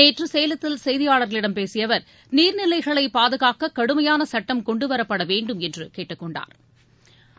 நேற்று சேலத்தில் செய்தியாளா்களிடம் பேசிய அவா் நீா்நிலைகளை பாதுகாக்க கடுமையான சட்டம் கொண்டுவரப்பட வேண்டும் என்று கேட்டுக்கொண்டாா்